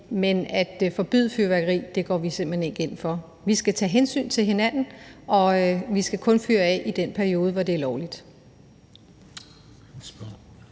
Men at forbyde fyrværkeri går vi simpelt hen ikke ind for. Vi skal tage hensyn til hinanden, og vi skal kun fyre af i den periode, hvor det er lovligt.